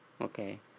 okay